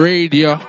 Radio